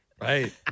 Right